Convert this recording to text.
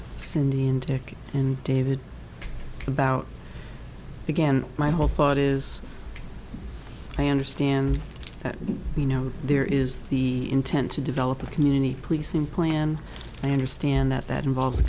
cindy and dick and david about again my whole thought is plan or stand that you know there is the intent to develop a community policing plan i understand that that involves a